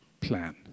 plan